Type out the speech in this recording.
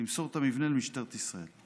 למסור את המבנה למשטרת ישראל.